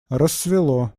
рассвело